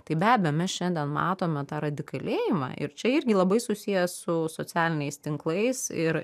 tai be abejo mes šiandien matome tą radikalėjimą ir čia irgi labai susiję su socialiniais tinklais ir